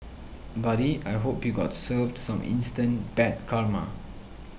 buddy I hope you got served some instant bad karma